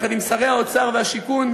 יחד עם שרי האוצר והשיכון,